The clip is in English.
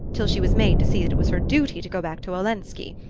till she was made to see that it was her duty to go back to olenski.